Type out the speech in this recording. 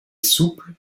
souple